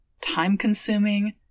time-consuming